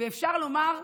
ואפשר לומר מיוחדים,